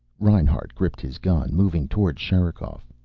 reinhart gripped his gun, moving toward sherikov.